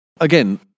again